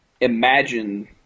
imagine